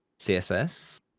CSS